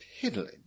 Piddling